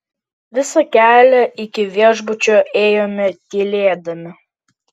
visą kelią iki viešbučio ėjome tylėdami